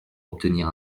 obtenir